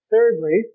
Thirdly